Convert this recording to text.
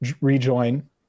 rejoin